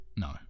No